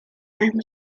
name